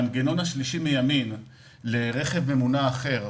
למנגנון השלישי רכב ממונע אחר,